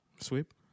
Sweep